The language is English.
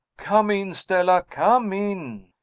come in, stella come in!